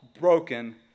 broken